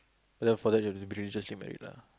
but then for that just get married lah